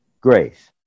Grace